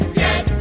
yes